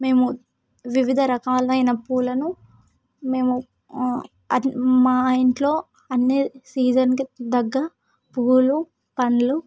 మేము వివిధ రకాలైన పూలను మేము అది మా ఇంట్లో అన్నీ సీజన్కి దగ్గర పూలు పండ్లు